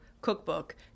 cookbook